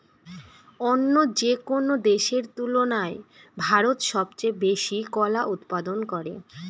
অন্য যেকোনো দেশের তুলনায় ভারত সবচেয়ে বেশি কলা উৎপাদন করে